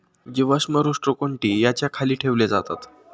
जीवाश्म रोस्ट्रोकोन्टि याच्या खाली ठेवले जातात